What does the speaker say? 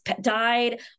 died